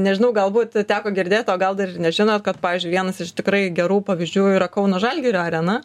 nežinau galbūt teko girdėt o gal dar nežino kad pavyzdžiui vienas iš tikrai gerų pavyzdžių yra kauno žalgirio arena